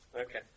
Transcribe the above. Okay